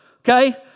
okay